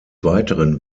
weiteren